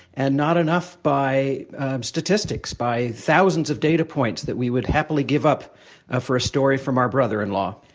and not enough by statistics by thousands of data points that we would happily give up ah for a story from our brother-in-law.